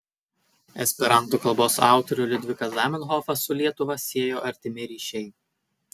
esperanto kalbos autorių liudviką zamenhofą su lietuva siejo artimi ryšiai